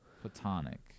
Platonic